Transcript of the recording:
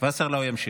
וסרלאוף ימשיך.